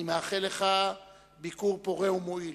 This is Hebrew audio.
אני מאחל לך ביקור פורה ומועיל,